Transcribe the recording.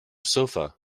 sofa